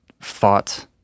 fought